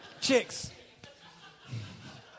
Chicks